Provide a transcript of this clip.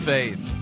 Faith